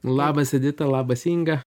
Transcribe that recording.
labas edita labas inga